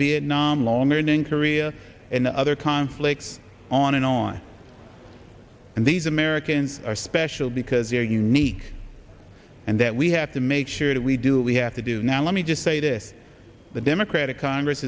vietnam longer and in korea and the other conflicts on and on and these americans are special because they are unique and that we have to make sure that we do we have to do is now let me just say this the democratic congress